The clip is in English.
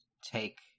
take